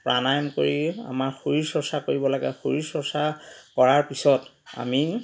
প্ৰাণায়াম কৰি আমাৰ শৰীৰ চৰ্চা কৰিব লাগে শৰীৰ চৰ্চা কৰাৰ পিছত আমি